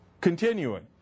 Continuing